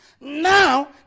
Now